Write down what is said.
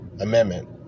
amendment